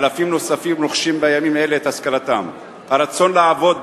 התש"ע 2010,